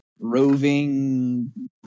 roving